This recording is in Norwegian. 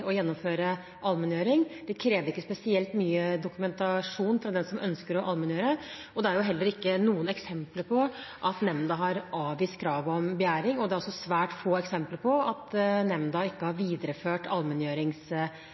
å gjennomføre allmenngjøring. Det krever ikke spesielt mye dokumentasjon fra den som ønsker å allmenngjøre, og det er heller ikke noen eksempler på at nemnda har avvist krav om begjæring, og det er også svært få eksempler på at nemnda ikke har